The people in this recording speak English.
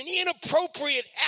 inappropriate